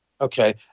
okay